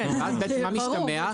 כן, מה משתמע?